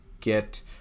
get